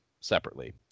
separately